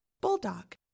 Bulldog